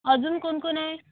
अजून कोण कोण आहे